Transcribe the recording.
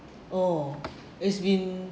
it's been